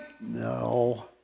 no